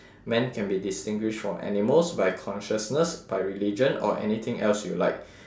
men can be distinguished from animals by consciousness by religion or anything else you like